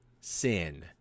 sin